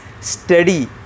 steady